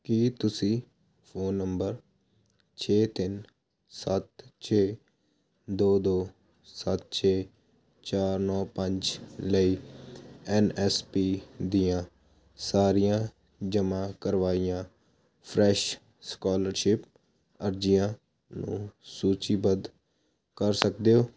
ਕੀ ਤੁਸੀਂ phone number ਛੇ ਤਿੰਨ ਸੱਤ ਛੇ ਦੋ ਦੋ ਸੱਤ ਛੇ ਚਾਰ ਨੋ ਪੰਜ ਲਈ ਐੱਨ ਐੱਸ ਪੀ ਦੀਆਂ ਸਾਰੀਆਂ ਜਮ੍ਹਾਂ ਕਰਵਾਈਆਂ ਫਰੈਸ਼ ਸਕਾਲਰਸ਼ਿਪ ਅਰਜ਼ੀਆਂ ਨੂੰ ਸੂਚੀਬੱਧ ਕਰ ਸਕਦੇ ਹੋ